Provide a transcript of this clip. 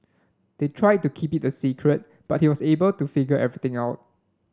they tried to keep it a secret but he was able to figure everything out